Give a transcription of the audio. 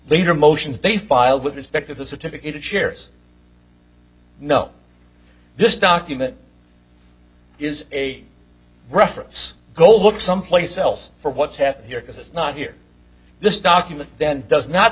later motions they filed with respect to the certificate of shares no this document is a reference go look someplace else for what's happened here because it's not here this document then does not